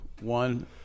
one